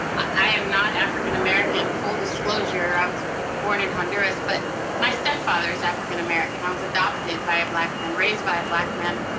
i am not african american, full disclosure. i was born in honduras, but my stepfather is african american. i was adopted by a black man, raised by a black man,